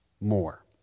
more